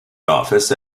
office